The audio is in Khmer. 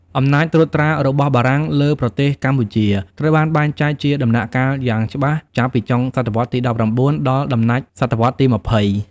អំណាចត្រួតត្រារបស់បារាំងលើប្រទេសកម្ពុជាត្រូវបានបែងចែកជាដំណាក់កាលយ៉ាងច្បាស់ចាប់ពីចុងសតវត្សទី១៩ ដល់ដំណាច់សតវត្សទី២០។